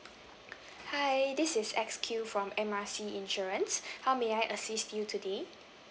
hi this is X_Q from M R C insurance how may I assist you today